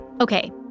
Okay